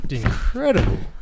incredible